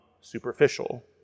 superficial